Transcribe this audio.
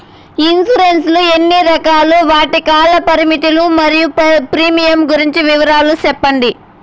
Insurance లు ఎన్ని రకాలు? వాటి కాల పరిమితులు మరియు ప్రీమియం గురించి వివరాలు సెప్పండి?